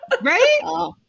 right